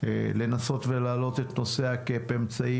לנסות ולהעלות את נושא האמצעים.